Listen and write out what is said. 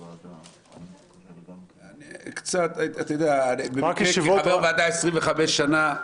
הייתי חבר ועדה 25 שנה.